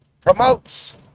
promotes